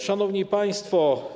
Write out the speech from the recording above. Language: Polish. Szanowni Państwo!